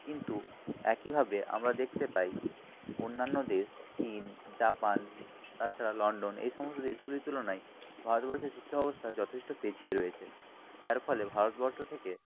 কিন্তু একইভাবে আমরা দেখতে পাই অন্যান্য দেশ চীন জাপান তাছাড়া লন্ডন এই সমস্ত দেশগুলির তুলনায় ভারতবর্ষের শিক্ষা ব্যবস্থা যথেষ্ট পিছিয়ে রয়েছে যার ফলে ভারতবর্ষ থেকে